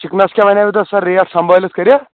chickens کیاہ ونیو تۄہہِ سَر ریٹھ سَمبٲلِتھ کٔرِتھ